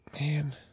Man